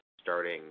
starting